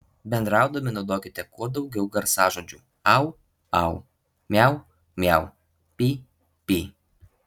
bendraudami naudokite kuo daugiau garsažodžių au au miau miau py py